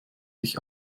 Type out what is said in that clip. sich